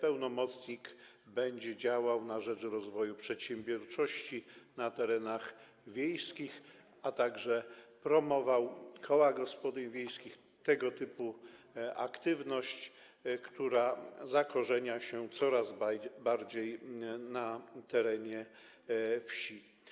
Pełnomocnik będzie działał na rzecz rozwoju przedsiębiorczości na terenach wiejskich, a także promował koła gospodyń wiejskich, tego typu aktywność, która zakorzenia się coraz bardziej na terenach wiejskich.